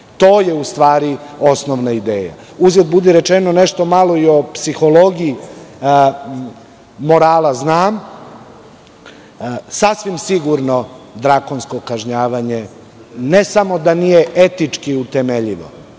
To je, u stvari, osnovna ideja. Uzgred budi rečeno nešto malo i o psihologiji morala znam. Sasvim sigurno da drakonsko kažnjavanje ne samo da nije etički utemeljivo,